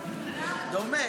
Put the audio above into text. דומה.